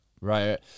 Right